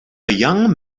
young